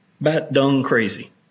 bat-dung-crazy